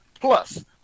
Plus